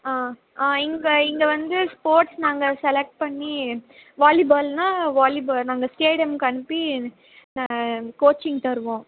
ஆ ஆ இங்கே இங்கே வந்து ஸ்போர்ட்ஸ் நாங்கள் செலக்ட் பண்ணி வாலிபால்ன்னா வாலிபால் நாங்கள் ஸ்டேடியம்க்கு அனுப்பி ந கோச்சிங் தருவோம்